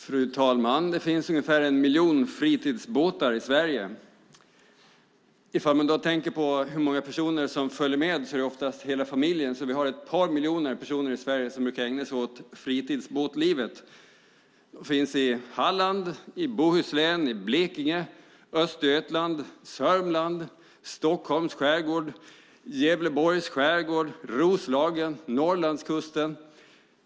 Fru talman! Det finns ungefär en miljon fritidsbåtar i Sverige. Om man tänker på hur många personer som följer med ser man att det oftast är hela familjen, så vi har ett par miljoner personer i Sverige som brukar ägna sig åt fritidsbåtslivet. De finns i Halland, i Bohuslän, i Blekinge, i Östergötland, i Sörmland, i Stockholms skärgård, i Gävleborgs skärgård, i Roslagen och utefter Norrlandskusten.